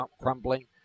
crumbling